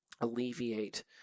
alleviate